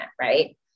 right